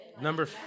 Number